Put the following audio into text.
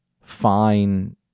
fine